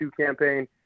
campaign